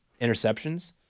interceptions